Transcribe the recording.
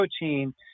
protein